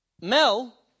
Mel